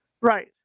Right